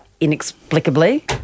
inexplicably